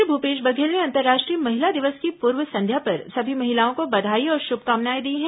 मुख्यमंत्री भूपेश बघेल ने अंतर्राष्ट्रीय महिला दिवस की पूर्व संध्या पर सभी महिलाओं को बधाई और श्भकामनाएं दी हैं